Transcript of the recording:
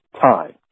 time